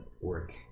work